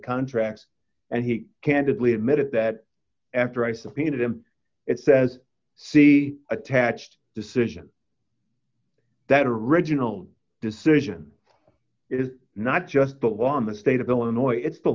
contract and he candidly admitted that after i subpoenaed him it says see attached decision that original decision is not just the law in the state of illinois it's the